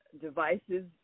devices